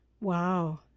Wow